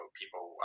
people